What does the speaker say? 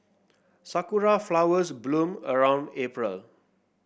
sakura flowers bloom around April